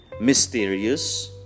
mysterious